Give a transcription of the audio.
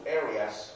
areas